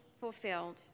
fulfilled